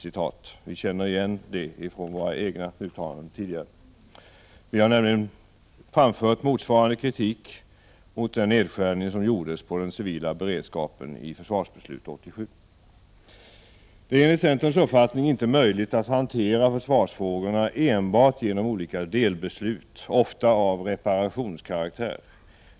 Vi känner igen detta från våra egna uttalanden tidigare. Vi har nämligen framfört motsvarande kritik mot den nedskärning som gjordes på den civila beredskapen i försvarsbeslutet 1987. Det är enligt centerns uppfattning inte möjligt att hantera försvarsfrågorna enbart genom olika delbeslut, ofta av reparationskaraktär.